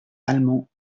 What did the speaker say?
allemands